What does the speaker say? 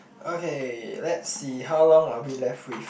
okay let's see how long are we left with